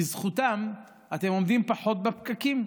בזכותם אתם עומדים פחות בפקקים.